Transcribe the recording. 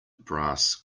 brass